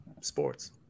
Sports